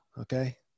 Okay